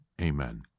Amen